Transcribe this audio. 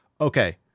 Okay